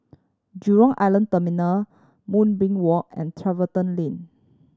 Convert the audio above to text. Jurong Island Terminal Moonbeam Walk and Tiverton Lane